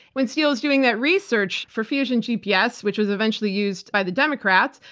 when steele was doing that research for fusion gps, which was eventually used by the democrats,